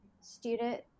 student